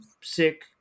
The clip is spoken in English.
sick